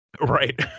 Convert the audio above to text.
Right